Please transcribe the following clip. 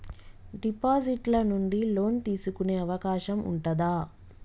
Deposit ల నుండి loan తీసుకునే అవకాశం ఉంటదా?